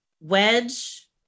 wedge